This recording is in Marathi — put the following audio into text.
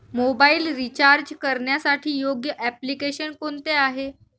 मोबाईल रिचार्ज करण्यासाठी योग्य एप्लिकेशन कोणते आहे?